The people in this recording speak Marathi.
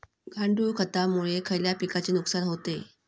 गांडूळ खतामुळे खयल्या पिकांचे नुकसान होते?